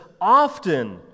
often